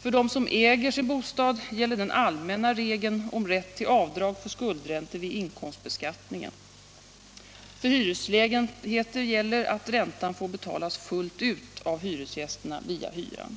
För dem som äger sin bostad gäller den allmänna regeln om rätt till avdrag för skuldräntor vid inkomstbeskattningen. För hyreslägenheter gäller att räntan får betalas fullt ut av hyresgästerna via hyran.